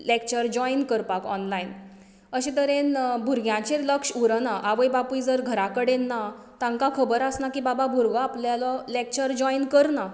lecture join करपाक online अशें तरेन भुरग्यांचेर लक्ष उरना आवय बापूय जर घरा कडेन ना तांकां खबर आसना की बाबा भुरगो आपणालो लॅक्चर जोयन करना